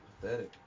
pathetic